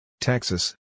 Texas